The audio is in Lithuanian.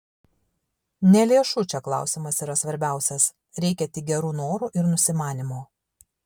ne lėšų čia klausimas yra svarbiausias reikia tik gerų norų ir nusimanymo